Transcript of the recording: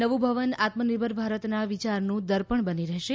નવું ભવન આત્મનિર્ભર ભારતના વિચારનું દર્પણ બની રહેશે